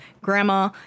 grandma